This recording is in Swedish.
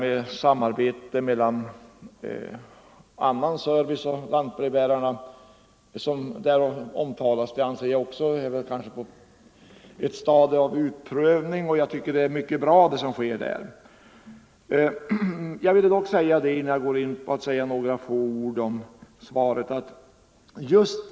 Det samarbete med annan service som lantbrevbärarna har och som är under prövning, anser jag också är mycket bra.